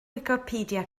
wicipedia